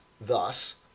thus